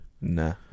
Nah